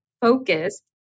focused